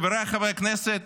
חבריי חברי הכנסת,